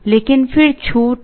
लेकिन फिर छूट है